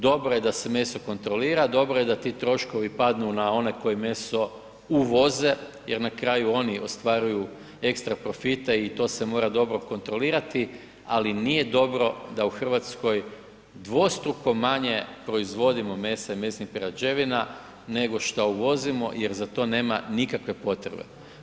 Dobro je da se meso kontrolira, dobro je da ti troškovi padnu na one koji meso uvoze jer na kraju oni ostvaruju ekstra profite i to se mora dobro kontrolirati, ali nije dobro da u Hrvatskoj dvostruko manje proizvodimo mesa i mesnih prerađevina nego šta uvozimo jer za to nema nikakve potrebe.